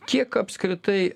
kiek apskritai